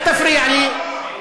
--- אל תפריע לי.